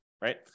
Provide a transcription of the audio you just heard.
right